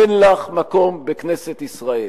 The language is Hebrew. אין לך מקום בכנסת ישראל,